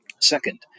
Second